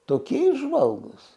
tokie įžvalgūs